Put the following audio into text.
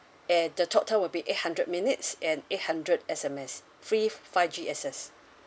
and the total will be eight hundred minutes and eight hundred S_M_S free five G access